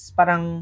parang